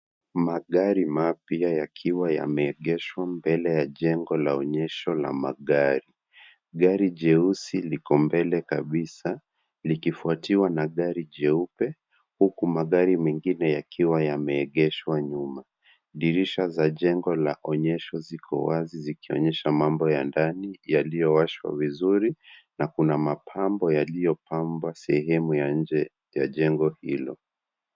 Magari mapya yakiwa yameegeshwa mbele ya jengo la onyesho la magari. Gari jeusi liko mbele kabisa, likifuatiwa na gari jeupe huku magari mengine yakiwa yameegeshwa nyuma. Dirisha za jengo la onyesho ziko wazi zikionyesha mambo ya ndani yaliyowashwa vizuri na kuna mapambo yaliyopambwa sehemu ya nje ya jengo hilo